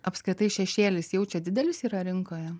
apskritai šešėlis jau čia didelis yra rinkoje